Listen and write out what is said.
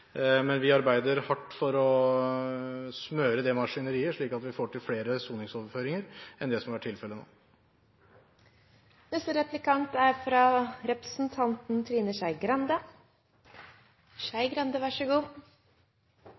men vi arbeider hardt for å smøre det maskineriet slik at vi får til flere soningsoverføringer enn det som har vært tilfellet nå.